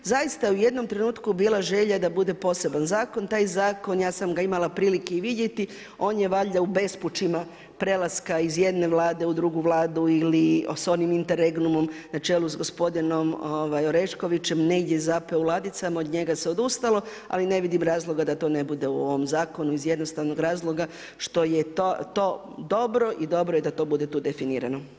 Zaista u jednom trenutku je bila želja da bude poseban zakon, taj zakon, ja sam ga imala prilike i vidjeti, on je valjda u bespućima prelaska iz jedne Vlade u drugu Vladu ili s onim interregnumom na čelu sa gospodinom Oreškovićem negdje zapelo u ladicama, od njega se odustalo, ali ne vidim razloga da to ne bude u ovom zakonu iz jednostavnog razloga što je to dobro i dobro je da to bude tu definirano.